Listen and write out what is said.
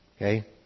Okay